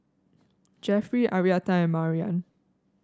Jeffery Arietta and Mariann